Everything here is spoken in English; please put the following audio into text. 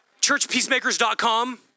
churchpeacemakers.com